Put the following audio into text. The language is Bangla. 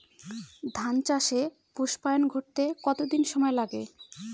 ধান চাষে পুস্পায়ন ঘটতে কতো দিন সময় লাগে?